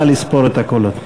נא לספור את הקולות.